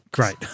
Great